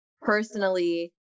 personally